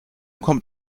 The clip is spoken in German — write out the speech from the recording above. kommt